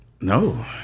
no